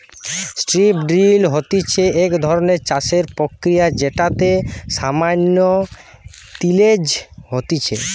strip drill হতিছে এক ধরণের চাষের প্রক্রিয়া যেটাতে সামান্য তিলেজ হতিছে